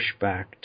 pushback